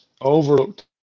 overlooked